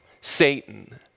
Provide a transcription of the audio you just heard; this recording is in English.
Satan